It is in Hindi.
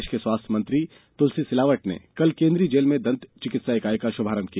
प्रदेष के स्वास्थ्य मंत्री तुलसी सिलावट ने कल केंद्रीय जेल में दंत चिकित्सा इकाई का शुभारंभ किया